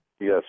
Yes